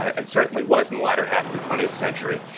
and certainly was in the latter half of the twentieth century,